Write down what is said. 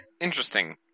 Interesting